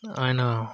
ఆయన